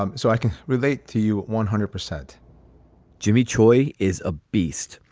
um so i can relate to you one hundred percent jimmy choi is a beast.